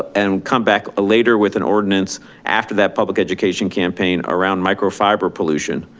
ah and come back ah later with an ordinance after that public education campaign around microfiber pollution.